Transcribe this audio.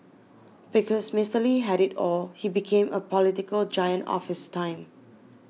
because Mister Lee had it all he became a political giant of his time